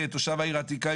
כתושב העיר העתיקה,